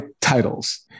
titles